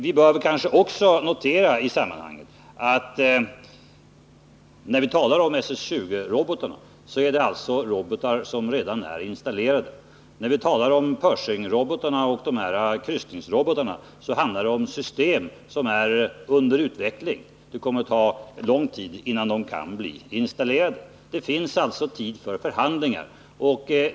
Vi bör kanske också i sammanhanget notera att det när vi talar om SS-20-robotarna är fråga om redan installerade robotar. När vi talar om Pershingrobotarna och kryssningsrobotarna handlar det om system som är under utveckling. Det kommer att ta lång tid innan de kan bli installerade. Det finns därför tid för förhandlingar.